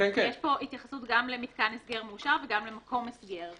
יש פה התייחסות גם למתקן הסגר מאושר וגם למקום הסגר,